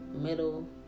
Middle